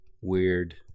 weird